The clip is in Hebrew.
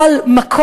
או על מכות,